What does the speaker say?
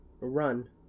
Run